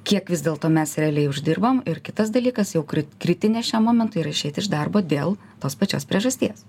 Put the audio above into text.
kiek vis dėlto mes realiai uždirbam ir kitas dalykas jau kritinė šiam momentui ir išeit iš darbo dėl tos pačios priežasties